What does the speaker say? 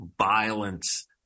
violence